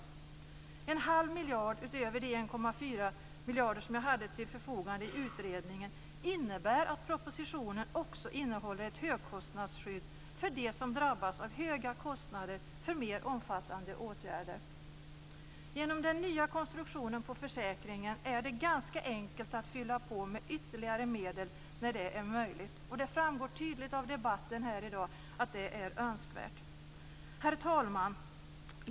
0,5 miljarder utöver de 1,4 miljarder som jag hade till förfogande i utredningen innebär att propositionen också innehåller ett högkostnadsskydd för dem som drabbas av höga kostnader för mer omfattande åtgärder. Genom den nya konstruktionen på försäkringen är det ganska enkelt att fylla på med ytterligare medel när det är möjligt. Det har tydligt framgått i debatten här i dag att det är önskvärt. Herr talman!